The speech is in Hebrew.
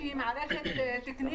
שהיא מערכת תקנית,